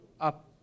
up